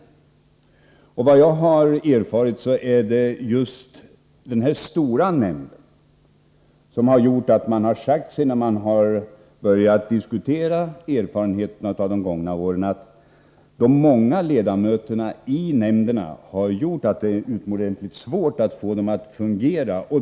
Enligt vad jag har erfarit har man sagt i den stora nämnden, när man börjat diskutera erfarenheterna av de gångna årens verksamhet, att just det stora antalet ledamöter i nämnderna har gjort att det är utomordentligt svårt att få dem att fungera.